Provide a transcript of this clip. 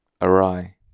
awry